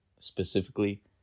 Specifically